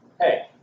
hey